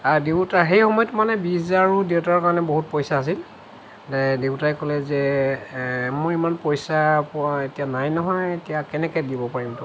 দেউতা সেই সময়ত মানে বিছ হাজাৰো দেউতাৰ কাৰণে বহুত পইচা আছিল দেউতাই ক'লে যে মোৰ ইমান পইচা পোৱা এতিয়া নাই নহয় এতিয়া কেনেকেৈ দিব পাৰিম তোক